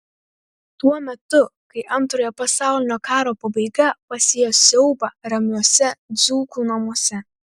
tuo metu kai antrojo pasaulinio karo pabaiga pasėjo siaubą ramiuose dzūkų namuose